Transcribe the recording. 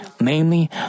namely